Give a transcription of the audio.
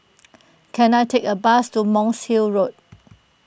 can I take a bus to Monk's Hill Road